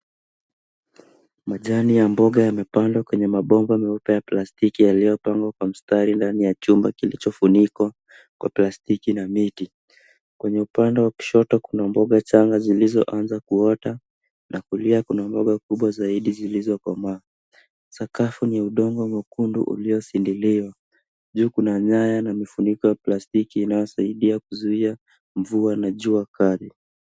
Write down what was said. Majani ya mboga yamepandwa kwenye mabomba meupe ya plastiki yaliopangwa kwa mstari ndani ya chumba kilichofunikwa kwa plastiki na miti. Kwenye upande wa kushoto kuna mboga changa zilizoanza kuota na kulia kuna mboga kubwa zaidi zilizokomaa. Sakafu ni ya udongo mwekundu uliosindiliwa. Juu kuna nyaya na vifuniko ya plastiki inayosaidia kuzuia mvua na jua kali.